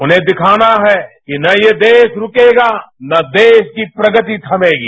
उन्हें दिखाना है कि न यह देश रूकेगा न देश की प्रगति थमेगी